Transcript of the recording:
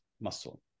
muscle